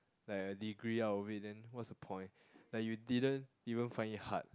like a degree out of it then what's the point like you didn't even find it hard